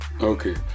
Okay